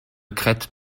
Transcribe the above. crête